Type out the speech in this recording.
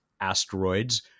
asteroids